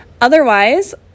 Otherwise